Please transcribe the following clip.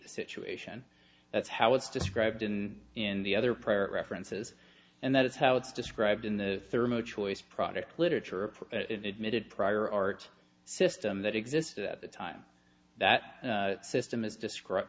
situation that's how it's described in in the other prior references and that is how it's described in the thermo choice product literature admitted prior art system that existed at the time that the system is describe